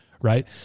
Right